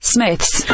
Smith's